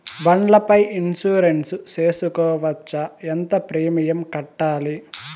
బండ్ల పై ఇన్సూరెన్సు సేసుకోవచ్చా? ఎంత ప్రీమియం కట్టాలి?